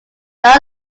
that